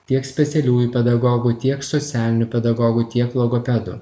tiek specialiųjų pedagogų tiek socialinių pedagogų tiek logopedų